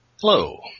Hello